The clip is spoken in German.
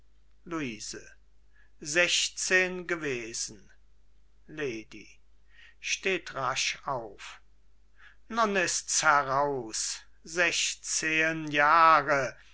luise sechzehn gewesen lady steht rasch auf nun ist's heraus sechzehn jahre